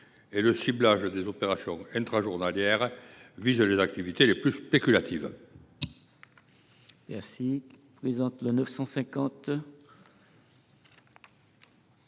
et le ciblage des opérations intrajournalières vise les activités les plus spéculatives.